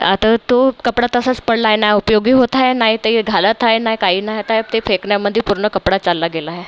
आता तो कपडा तसाच पडलाय नाही उपयोगी होत आहे नाही ते घालत आहे नाही काही नाही होतंय ते फेकण्यामंदी पूर्ण कपडा चालला गेला आहे